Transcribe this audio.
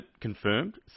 confirmed